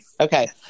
Okay